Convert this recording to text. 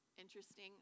Interesting